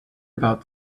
about